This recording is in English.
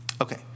Okay